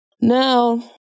Now